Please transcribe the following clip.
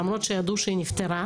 למרות שהם ידעו שהיא נפטרה.